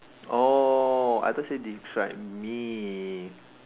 oh I thought you said describe me